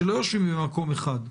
שלא יושבים במקום אחד.